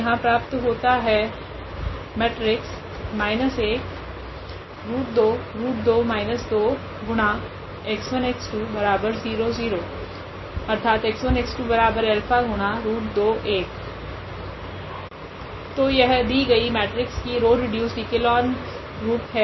So here getting to this तो यहाँ प्राप्त होता है तो यह दी गई मेट्रिक्स की रो रिड्यूसड इक्लोन रूप है